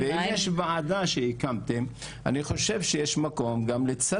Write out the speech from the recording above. נבחן את זה ואם יש ועדה שהקמתם אני חושב שיש מקום גם לצרף.